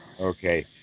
Okay